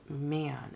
man